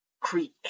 create